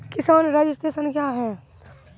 किसान रजिस्ट्रेशन क्या हैं?